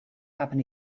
happen